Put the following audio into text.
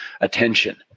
attention